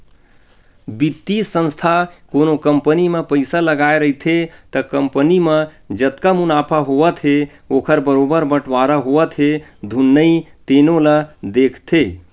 बित्तीय संस्था कोनो कंपनी म पइसा लगाए रहिथे त कंपनी म जतका मुनाफा होवत हे ओखर बरोबर बटवारा होवत हे धुन नइ तेनो ल देखथे